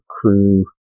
crew